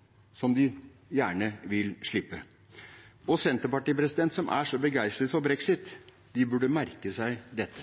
at de må underlegge seg EU-domstolen, som de gjerne vil slippe. Senterpartiet, som er så begeistret for brexit, burde merke seg dette.